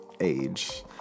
age